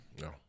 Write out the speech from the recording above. No